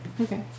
Okay